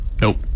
Nope